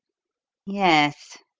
yes,